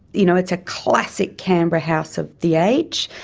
you know it's a classic canberra house of the age,